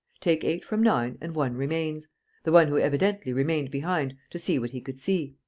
take eight from nine and one remains the one who evidently remained behind to see what he could see.